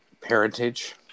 parentage